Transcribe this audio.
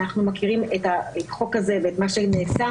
אנחנו מכירים את החוק הזה ואת מה שנעשה.